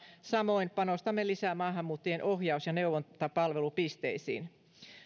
samoin panostamme lisää maahanmuuttajien ohjaus ja neuvontapalvelupisteisiin